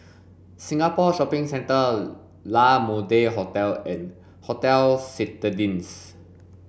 Singapore Shopping Centre La Mode Hotel and Hotel Citadines